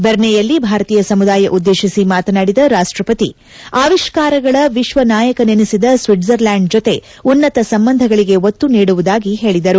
ಬೆರ್ನೆಯಲ್ಲಿ ಭಾರತೀಯ ಸಮುದಾಯ ಉಲ್ಲೇಶಿಸಿ ಮಾತನಾಡಿದ ರಾಷ್ಟಪತಿ ಅವಿಷ್ಠಾರಗಳ ವಿಶ್ಲನಾಯಕನನಿಸಿದ ಸ್ವಿಡ್ರ್ಲ್ಲಾಂಡ್ ಜೊತೆ ಉನ್ನತ ಸಂಬಂಧಗಳಿಗೆ ಒತ್ತು ನೀಡುವುದಾಗಿ ಹೇಳದರು